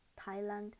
Thailand